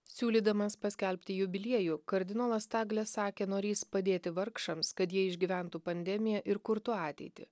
siūlydamas paskelbti jubiliejų kardinolas taglė sakė norys padėti vargšams kad jie išgyventų pandemiją ir kurtų ateitį